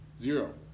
Zero